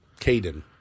Caden